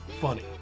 funny